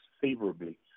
favorably